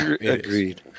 agreed